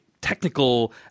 technical